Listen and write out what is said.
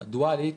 הדואלית,